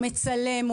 הוא מצלם,